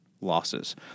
losses